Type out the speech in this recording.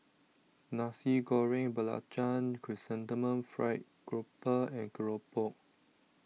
Nasi Goreng Belacan Chrysanthemum Fried Grouper and Keropok